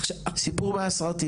סיפור מהסרטים.